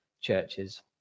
churches